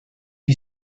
you